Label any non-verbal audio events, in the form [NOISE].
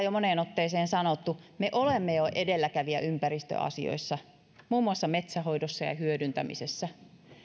[UNINTELLIGIBLE] jo moneen otteeseen sanottu me olemme jo edelläkävijä ympäristöasioissa muun muassa metsänhoidossa ja metsän hyödyntämisessä